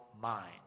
mind